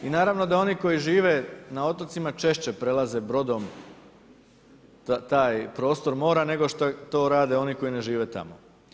I naravno, da oni koji žive na otocima, češće prelaze brodom taj prostor mora, nego to rade oni koji ne žive tamo.